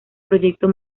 proyecto